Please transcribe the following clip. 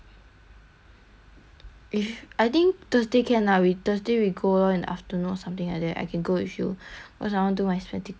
if I think thursday can lah we thursday we go in afternoon or something like that I can go with you cause I wanna do my spectacle I cannot sia I so scared I